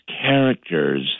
characters